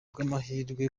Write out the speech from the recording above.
bw’amahirwe